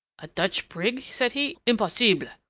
a dutch brig! said he. impossible!